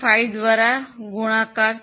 5 દ્વારા ગુણાકાર છે